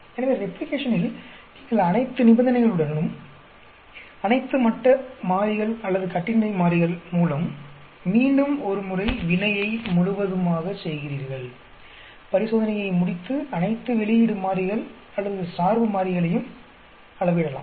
எனவே ரெப்ளிகேஷனில் நீங்கள் அனைத்து நிபந்தனைகளுடனும் அனைத்து மட்ட மாறிகள் அல்லது கட்டின்மை மாறிகள் மூலம் மீண்டும் ஒரு முறை வினையை முழுவதுமாகச் செய்கிறீர்கள் பரிசோதனையை முடித்து அனைத்து வெளியீடு மாறிகள் அல்லது சார்பு மாறிகளையும் அளவிடலாம்